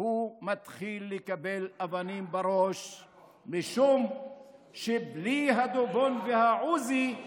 / הוא מתחיל לקבל אבנים בראש / משום שבלי הדובון והעוזי /